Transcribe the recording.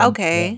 Okay